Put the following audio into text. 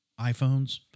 iPhones